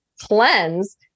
cleanse